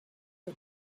for